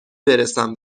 برسم